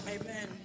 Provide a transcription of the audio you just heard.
amen